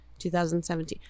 2017